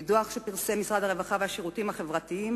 מדוח שפרסם משרד הרווחה והשירותים החברתיים